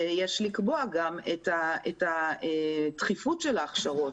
ויש לקבוע גם את התכיפות של ההכשרות.